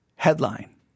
Headline